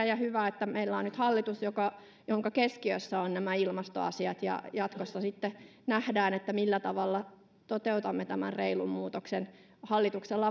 ja hyvä että meillä on nyt hallitus jonka keskiössä ovat nämä ilmastoasiat jatkossa sitten nähdään millä tavalla toteutamme tämän reilun muutoksen hallituksella